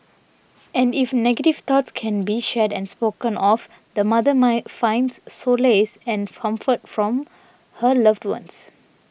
and if negative thoughts can be shared and spoken of the mother my finds solace and comfort from her loved ones